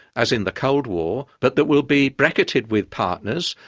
as in the cold war, but that we'll be bracketed with partners,